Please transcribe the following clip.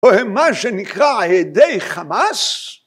‫הוא מה שנקרא הדי חמאס?